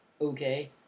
okay